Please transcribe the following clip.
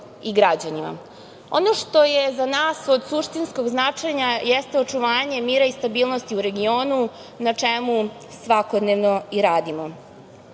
i građanima. Ono što je za nas od suštinskog značaja jeste očuvanje mira i stabilnosti u regionu, na čemu svakodnevno